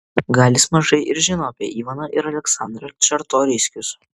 gal jis mažai ir žino apie ivaną ir aleksandrą čartoriskius